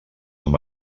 amb